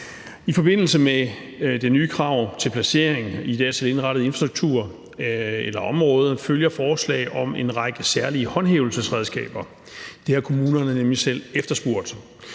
I forbindelse med det nye krav til placering i dertil indrettet infrastruktur eller område følger forslag om en række særlige håndhævelsesredskaber. Det har kommunerne nemlig selv efterspurgt.